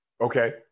Okay